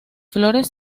flores